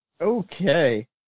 Okay